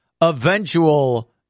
eventual